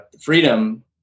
Freedom